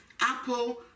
Apple